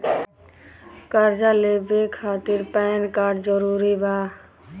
कर्जा लेवे खातिर पैन कार्ड जरूरी बा?